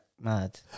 mad